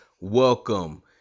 welcome